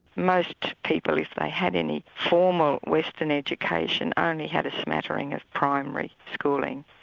most people, if they had any formal western education, ah only had a smattering of primary schooling.